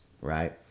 Right